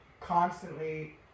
constantly